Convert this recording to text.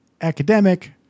academic